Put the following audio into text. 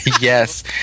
Yes